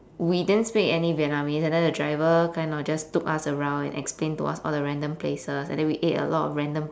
we didn't speak any vietnamese and then the driver kind of just took us around and explained to us all the random places and then we ate a lot of random